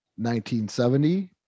1970